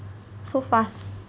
so fast